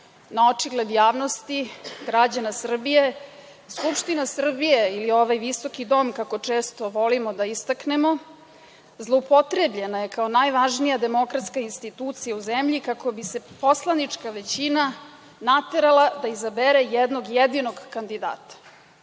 na očigled javnosti, građana Srbije, Skupština Srbije ili ovaj visoki dom, kako često volimo da ga istaknemo, zloupotrebljen je kao najvažnija demokratska institucija u zemlji kako bi se poslanička većina naterala da izabere jednog jedinog kandidata,